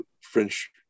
French